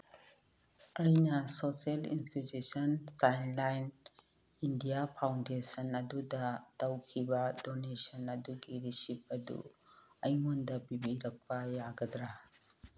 ꯑꯩꯅ social institution child line India foundation ꯑꯗꯨꯗ ꯇꯧꯈꯤꯕ ꯗꯣꯅꯦꯁꯟ ꯑꯗꯨꯒꯤ ꯔꯤꯁꯤꯞ ꯑꯗꯨ ꯑꯩꯉꯣꯟꯗ ꯄꯤꯕꯤꯔꯛꯄ ꯌꯥꯒꯗ꯭ꯔꯥ